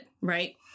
Right